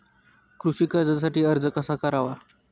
कृषी कर्जासाठी अर्ज कसा करावा?